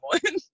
one